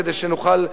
כדי שנוכל,